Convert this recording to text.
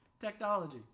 Technology